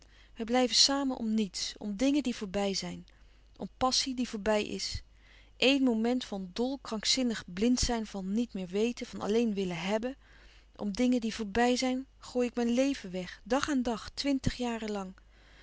wij blijven samen om niets om dingen die voorbij zijn om passie die voorbij is éen moment van dol krankzinnig blind zijn van niet meer weten van alleen willen hèbben om dingen die voorbij zijn gooi ik mijn leven weg dag aan dag twintig